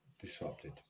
disrupted